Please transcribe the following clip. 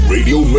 Radio